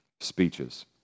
speeches